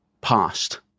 past